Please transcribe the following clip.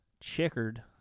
Checkered